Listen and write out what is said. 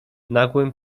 nagłym